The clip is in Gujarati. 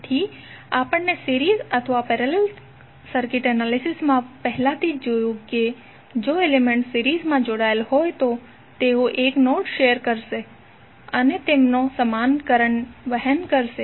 તેથી આપણે સિરીઝ અને પેરેલલ સર્કિટ એનાલિસિસ માં પણ પહેલાથી જ જોયું છે કે જો એલિમેન્ટ્સ સિરીઝમાં જોડાયેલા હોય તો તેઓ એક નોડ શેર કરશે અને તેઓ સમાન કરંટને વહન કરશે